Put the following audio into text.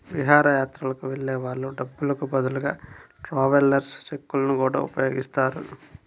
విహారయాత్రలకు వెళ్ళే వాళ్ళు డబ్బులకు బదులుగా ట్రావెలర్స్ చెక్కులను గూడా ఉపయోగిస్తారు